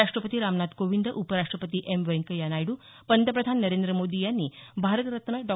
राष्टपती रामनाथ कोविंद उपराष्टपति एम व्यंकय्या नायड्र पंतप्रधान नरेंद्र मोदी यांनी भारत रत्न डॉ